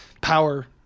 power